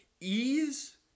ease